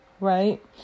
right